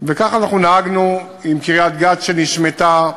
וככה נהגנו עם קריית-גת שנשמטה,